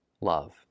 love